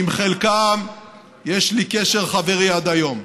עם חלקם יש לי קשר חברי עד היום.